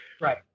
Right